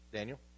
Daniel